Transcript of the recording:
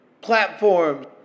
platforms